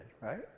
right